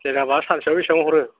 जेनेबा सानसेयाव बेसां हरो